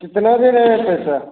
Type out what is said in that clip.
कितना देना है पैसा